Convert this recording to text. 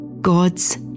God's